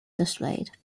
displayed